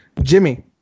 Jimmy